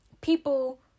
people